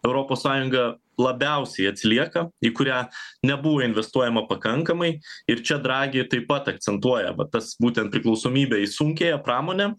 europos sąjunga labiausiai atsilieka į kurią nebuvo investuojama pakankamai ir čia dragi taip pat akcentuoja va tas būtent priklausomybę į sunkiąją pramonę